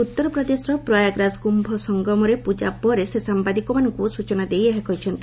ଆଜି ଉତ୍ତରପ୍ରଦେଶର ପ୍ରୟାଗରାଜ କୁୟ ସଂଗମରେ ପୂଜା ପରେ ସେ ସାମ୍ବାଦିକମାନଙ୍କୁ ସ୍ବଚନା ଦେଇ ଏହା କହିଛନ୍ତି